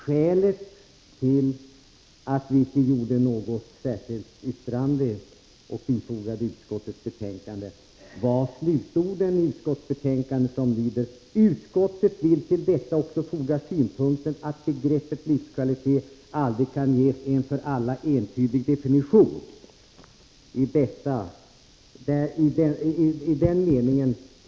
Skälet till att vi inte gjorde något särskilt yttrande var slutorden i utskottets betänkande, som lyder: ”Utskottet vill till detta också foga synpunkten att begreppet livskvalitet aldrig kan ges en för alla entydig definition.” I den meningen täcker vi in vår uppskattning av kyrkor och samfund.